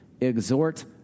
exhort